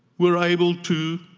were able to